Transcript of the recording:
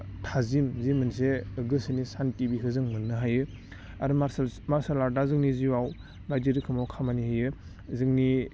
थाजिम जि मोनसे गोसोनि सान्थि बिखो जों मोननो हायो आरो मारसेल्स मारसेल आर्टआ जोंनि जिवाव बायदि रोखोमाव खामानि होयो जोंनि